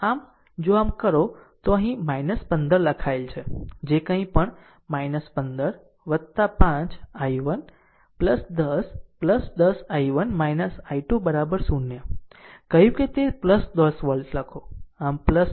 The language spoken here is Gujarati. આમ જો આમ કરો તો અહીં 15 લખાયેલ જે કંઇ પણ 15 5 I1 10 10 I1 I2 0 કહ્યું કે તે 10 વોલ્ટ લખો